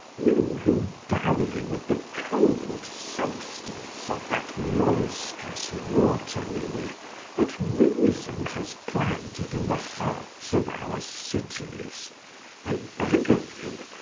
you who dally with the cold substance of that monstrous water-lily that reason has planted in the hearts of our cities i beg of you,